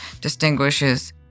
distinguishes